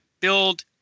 build